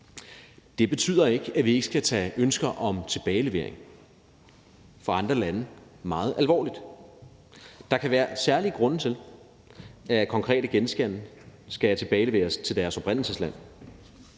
Det betyder ikke, at vi ikke skal tage ønsker fra andre lande om tilbagelevering meget alvorligt. Der kan være særlige grunde til, at konkrete genstande skal tilbageleveres til deres oprindelsesland.